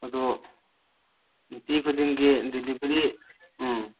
ꯑꯗꯣ ꯅꯨꯨꯡꯇꯤ ꯈꯨꯗꯤꯡꯒꯤ ꯗꯤꯂꯤꯚꯔꯤ ꯎꯝ